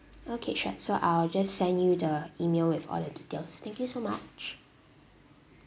okay sure so I'll just send you the email with all the details thank you so much